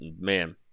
man